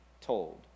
told